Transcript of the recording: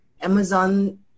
Amazon